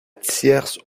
tierce